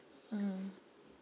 mm